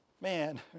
man